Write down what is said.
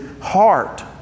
heart